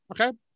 Okay